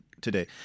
today